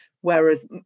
whereas